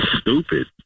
stupid